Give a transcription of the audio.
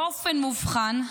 באופן מובחן,